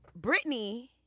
Britney